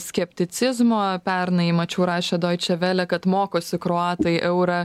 skepticizmo pernai į mačiau rašė doi čia velia kad mokosi kroatai eurą